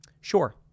Sure